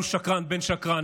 שהוא שקרן בן שקרן,